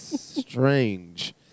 strange